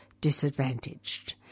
disadvantaged